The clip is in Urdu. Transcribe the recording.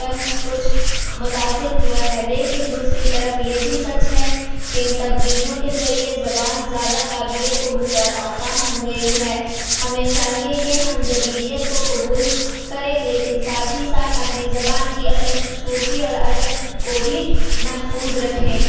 پنچ کچھ متاثر ہوا ہے لیکن دوسری طرف یہ بھی سچ ہے کہ ان تبدیلیوں کے ذریعے زبان زیادہ قابل قبول اور آسان ہو گئی ہے ہمیں چاہیے کہ ہم جدیدیت کو قبول کریں لیکن ساتھ ہی ساتھ اپنی زبان کی اثل خوبصورتی اور ادب کو بھی محفوظ رکھیں